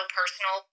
personal